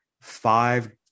five